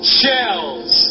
shells